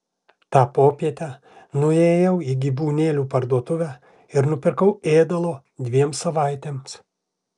tą popietę nuėjau į gyvūnėlių parduotuvę ir nupirkau ėdalo dviem savaitėms